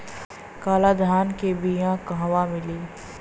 काला धान क बिया कहवा मिली?